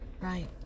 right